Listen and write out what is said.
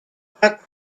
are